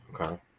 Okay